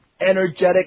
energetic